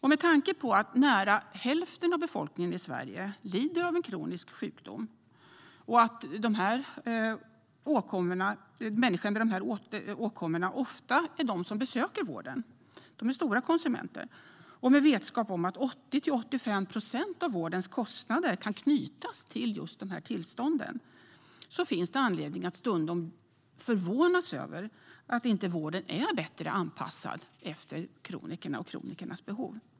Med tanke på att nästan hälften av befolkningen i Sverige lider av en kronisk sjukdom och att människor med dessa åkommor besöker vården ofta - de är stora konsumenter - och med vetskap om att 80-85 procent av vårdens kostnader kan knytas till just dessa tillstånd finns det anledning att stundom förvånas över att vården inte är bättre anpassad efter kronikerna och deras behov.